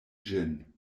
ĝin